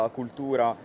cultura